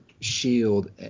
shield